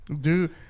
Dude